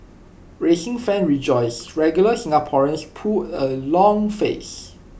racing fans rejoice regular Singaporeans pull A long face